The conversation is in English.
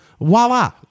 Voila